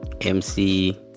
MC